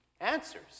answers